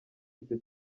icyo